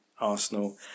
Arsenal